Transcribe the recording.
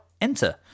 enter